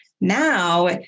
Now